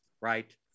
Right